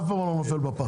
אני אף פעם לא נופל בפח.